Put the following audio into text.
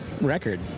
record